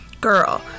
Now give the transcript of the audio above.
girl